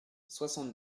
soixante